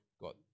got